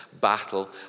battle